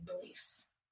beliefs